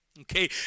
Okay